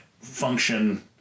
function